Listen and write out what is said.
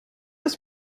ist